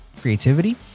creativity